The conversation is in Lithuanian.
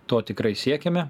to tikrai siekiame